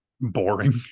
boring